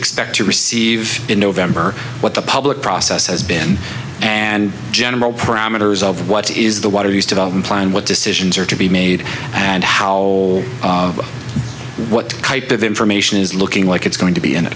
expect to receive in november what the public process has been and general parameters of what is the water used to plan what decisions are to be made and how what type of information is looking like it's going to be an